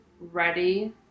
ready